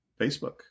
Facebook